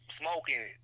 Smoking